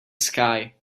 sky